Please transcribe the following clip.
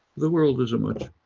the world is a much,